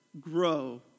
grow